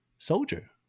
Soldier